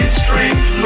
strength